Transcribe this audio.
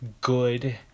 good